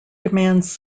demands